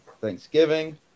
Thanksgiving